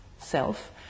self